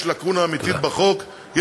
יש לקונה אמיתית בחוק, תודה.